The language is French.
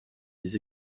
les